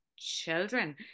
children